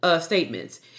statements